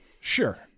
Sure